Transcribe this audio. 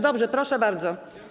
Dobrze, proszę bardzo.